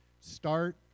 start